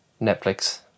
Netflix